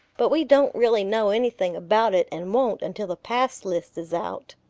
but we don't really know anything about it and won't until the pass list is out.